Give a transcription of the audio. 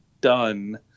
done